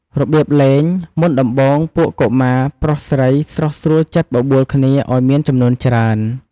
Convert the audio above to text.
របៀបលេង មុនដំបូង ពួកកុមារប្រុសស្រី ស្រុះស្រួលចិត្តបបួលគ្នាឲ្យមានចំនួនច្រើន។